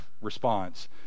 response